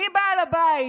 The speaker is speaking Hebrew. מי בעל הבית?